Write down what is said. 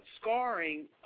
scarring